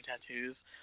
tattoos